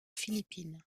philippines